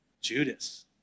Judas